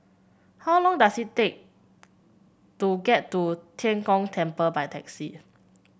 how long does it take to get to Tian Kong Temple by taxi